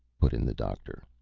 put in the doctor.